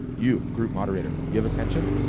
you, group moderator, you have attention?